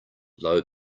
low